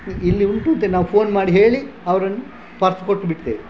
ಇಲ್ಲಿ ಉಂಟು ಅಂತ ನಾವು ಫೋನ್ ಮಾಡಿ ಹೇಳಿ ಅವರನ್ನು ಪರ್ಸ್ ಕೊಟ್ಬಿಡ್ತೇವೆ